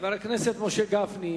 חבר הכנסת משה גפני,